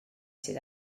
sydd